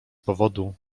powodu